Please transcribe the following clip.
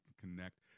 connect